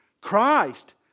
Christ